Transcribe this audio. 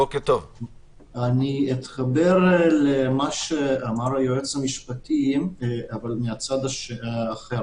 אתחבר למה שאמר היועץ המשפטי, אבל מהצד האחר.